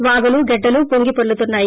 వాగులు గెడ్డలు పొంగి పొర్లుతున్నాయి